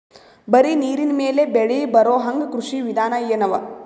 ಬರೀ ನೀರಿನ ಮೇಲೆ ಬೆಳಿ ಬರೊಹಂಗ ಕೃಷಿ ವಿಧಾನ ಎನವ?